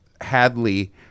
Hadley